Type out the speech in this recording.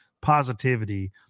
positivity